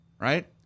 right